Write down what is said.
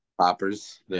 poppers